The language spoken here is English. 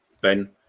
Ben